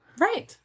right